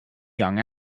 young